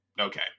Okay